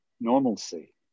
normalcy